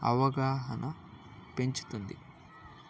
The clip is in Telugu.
అవగాహన పెంచుతుంది